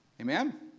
Amen